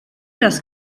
das